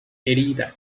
herida